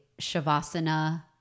Shavasana